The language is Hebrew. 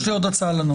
יש לי עוד הצעה לנוסח.